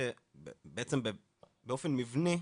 שבעצם באופן מבני,